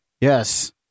Yes